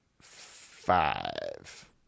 five